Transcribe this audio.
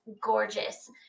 gorgeous